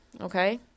okay